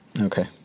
Okay